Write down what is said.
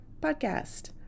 podcast